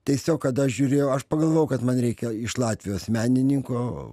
tiesiog kada aš žiūriu aš pagalvojau kad man reikia iš latvijos menininko